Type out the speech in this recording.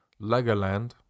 Legoland